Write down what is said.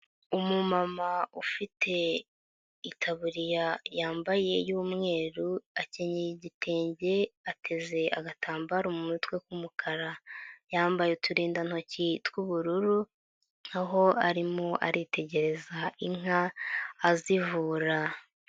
Umumama ufite itaburiya yambaye y'umweru, akenyeye igitenge, ateze agatambaro mu mutwe k'umukara. Yambaye uturindantoki tw'ubururu, aho arimo aritegereza inka azivura.